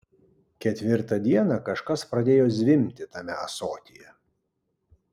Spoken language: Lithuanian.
ketvirtą dieną kažkas pradėjo zvimbti tame ąsotyje